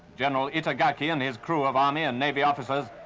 general itagaki and his crew of army and navy officers,